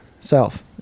Self